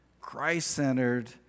Christ-centered